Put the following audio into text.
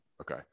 Okay